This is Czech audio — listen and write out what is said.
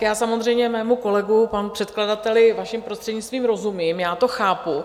Já samozřejmě mému kolegovi, panu předkladateli, vaším prostřednictvím, rozumím, já to chápu.